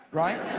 right.